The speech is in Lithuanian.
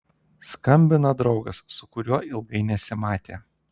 skambina draugas su kuriuo ilgai nesimatė